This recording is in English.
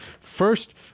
First